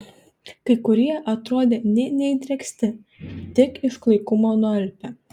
kai kurie atrodė nė neįdrėksti tik iš klaikumo nualpę